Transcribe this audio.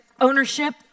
ownership